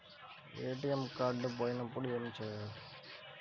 ATM card పోయినప్పుడు ఏమి చేయాలి?